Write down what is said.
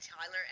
Tyler